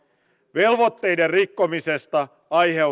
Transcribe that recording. velvoitteiden rikkomisesta